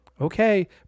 okay